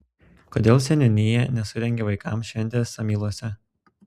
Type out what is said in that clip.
kodėl seniūnija nesurengė vaikams šventės samyluose